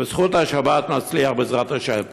ובזכות השבת נצליח, בעזרת השם.